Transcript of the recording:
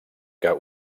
que